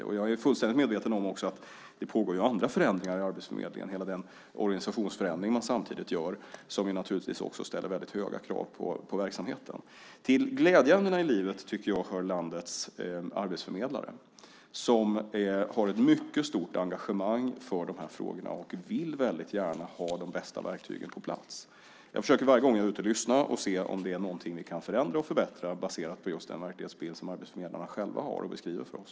Jag är också fullständigt medveten om att det pågår andra förändringar inom arbetsförmedlingen, med hela den organisationsförändring man samtidigt gör, som naturligtvis också ställer väldigt höga krav på verksamheten. Till glädjeämnena i livet tycker jag hör landets arbetsförmedlare, som har ett mycket stort engagemang för de här frågorna och väldigt gärna vill ha de bästa verktygen på plats. Varje gång jag är ute försöker jag lyssna och se om det är någonting vi kan förändra och förbättra baserat på just den verklighetsbild som arbetsförmedlarna själva har och beskriver för oss.